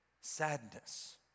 sadness